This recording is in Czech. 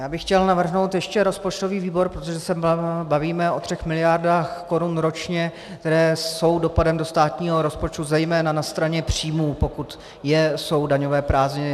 Já bych chtěl navrhnout ještě rozpočtový výbor, protože se bavíme o třech miliardách korun ročně, které jsou dopadem do státního rozpočtu zejména na straně příjmů, pokud jsou daňové prázdniny.